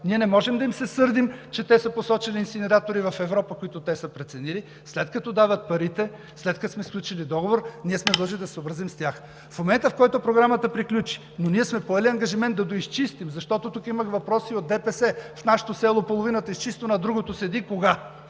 Ние не можем да им се сърдим, че са посочили инсинератори в Европа, които са преценили, след като дават парите. След като сме сключили договор, ние сме длъжни да се съобразим с тях в момента, в който Програмата приключи, но ние сме поели ангажимент да доизчистим. Имах въпроси от ДПС: „В нашето село половината е изчистено, а другото седи – кога?